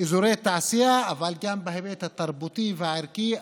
אזורי תעשייה, אבל גם בהיבט התרבותי והערכי.